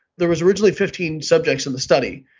there was original fifteen subjects in the study,